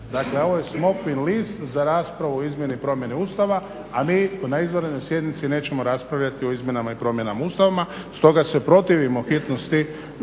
Dakle, ovo je smokvin list za raspravu o izmjeni promjene Ustava, a mi na izvanrednoj sjednici nećemo raspravljati o izmjenama i promjenama Ustava. Stoga se protivimo hitnosti